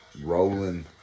Rolling